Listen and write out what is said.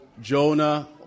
Jonah